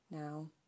Now